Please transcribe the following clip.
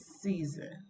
season